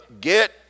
get